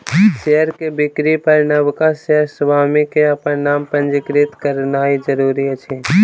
share के बिक्री पर नबका शेयर स्वामी के अपन नाम पंजीकृत करौनाइ जरूरी अछि